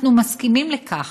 אנחנו מסכימים לכך